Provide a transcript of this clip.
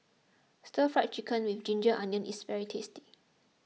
Stir Fry Chicken with Ginger Onions is very tasty